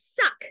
suck